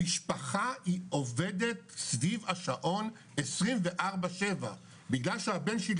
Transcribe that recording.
המשפחה היא עובדת סביב השעון 24/7 בגלל שהבן שלי